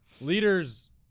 leaders